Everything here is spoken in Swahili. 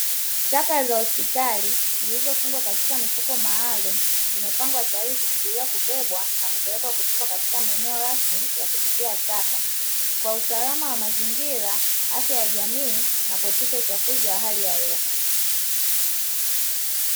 Taka za hospitali zilizofungwa katika mifuko maalumu zimepangwa tayari kusubiria kubebwa na kupelekwa kutupwa katika maeneo rasmi ya kutupia taka, kwa usalama wa mazingira afya ya jamii na kuepusha uchaguzi wa hali ya hewa.